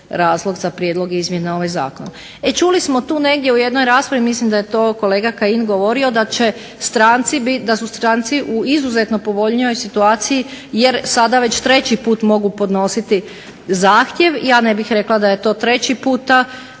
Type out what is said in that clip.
razlog za Prijedlog izmjene ovog Zakona. E čuli smo tu negdje u jednoj raspravi mislim da je to kolega Kajin govorio da su stranci u izuzetno povoljnijoj situaciji jer sada već treći put mogu podnositi zahtjev, ja ne bih rekla da je to treći puta,